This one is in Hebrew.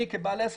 אני כבעל עסק,